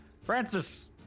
Francis